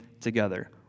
together